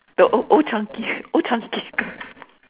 the Old~ Old Chang-Kee Old Chang-Kee